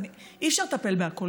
אי-אפשר לטפל בהכול,